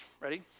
ready